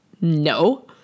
No